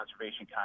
Conservation